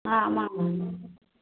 ஆ ஆமாங்க மேம்